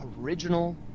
original